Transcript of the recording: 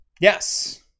yes